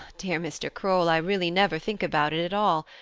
dear mr. kroll, i really never think about it at all.